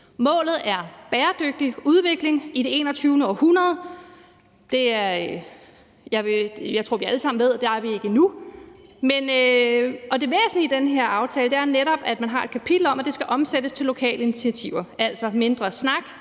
Målet er bæredygtig udvikling i det 21. århundrede, og jeg tror, vi alle sammen ved, at det har vi ikke endnu, og det væsentlige i den her aftale er netop, at man har et kapitel om, at det skal omsættes til lokale initiativer, altså mindre snak